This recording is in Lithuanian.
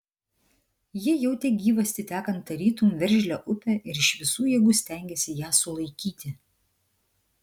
ji jautė gyvastį tekant tarytum veržlią upę ir iš visų jėgų stengėsi ją sulaikyti